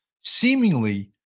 seemingly